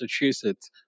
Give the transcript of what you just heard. Massachusetts